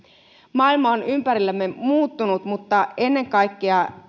maailma on ympärillämme muuttunut mutta ennen kaikkea sitä